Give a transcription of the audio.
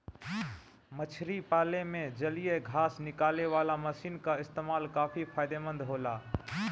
मछरी पाले में जलीय घास निकालेवाला मशीन क इस्तेमाल काफी फायदेमंद होला